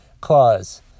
clause